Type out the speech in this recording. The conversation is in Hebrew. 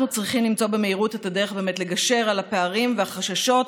אנחנו צריכים למצוא במהירות את הדרך לגשר על הפערים ועל החששות,